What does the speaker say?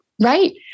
Right